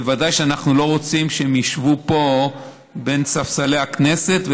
וודאי שאנחנו לא רוצים שהם ישבו פה בין ספסלי הכנסת.